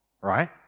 right